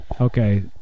Okay